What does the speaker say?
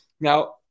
Now